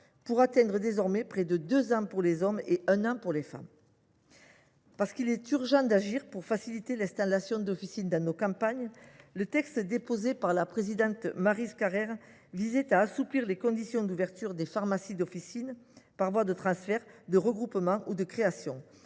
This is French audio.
: il atteint désormais près de deux ans pour les hommes et un an pour les femmes. Parce qu’il est urgent d’agir pour faciliter l’installation d’officines dans nos campagnes, le texte déposé par notre collègue Maryse Carrère visait à assouplir les conditions d’ouverture des pharmacies d’officine par voie de transfert, de regroupement ou de création.